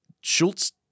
Schultz